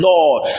Lord